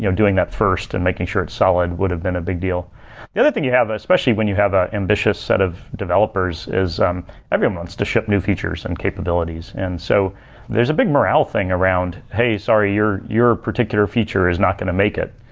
doing that first and making sure it's solid would've been a big deal the other thing you have, especially when you have a ambitious set of developers is um every month to ship new features and capabilities. and so there's a big morale thing around, hey, sorry. your your particular feature is not going to make it.